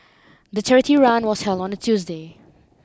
the charity run was held on a Tuesday